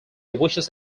wishes